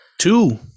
Two